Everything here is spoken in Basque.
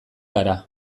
gara